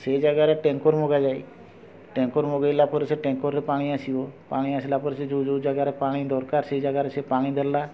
ସେ ଯାଗାରେ ଟ୍ୟାଙ୍କର ମଗା ଯାଏ ଟ୍ୟାଙ୍କର ମଗାଇଲା ପରେ ସେ ଟ୍ୟାଙ୍କରରେ ପାଣି ଆସିବ ପାଣି ଆସିଲା ପରେ ସେ ଯେଉଁ ଯେଉଁ ଯାଗାରେ ପାଣି ଦରକାର ସେ ଯାଗାରେ ସେ ପାଣି ଦେଲା